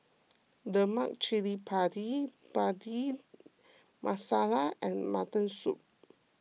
Lemak Cili Padi Bhindi Masala and Mutton Soup